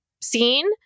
scene